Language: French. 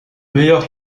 meilleur